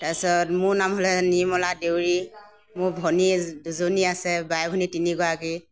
তাৰপিছত মোৰ নাম হ'লে নিৰ্মলা দেউৰী মোৰ ভনী দুজনী আছে বাই ভনী তিনিগৰাকী